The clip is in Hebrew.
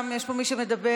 יש פה מי שמדבר.